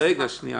רגע, רק שנייה.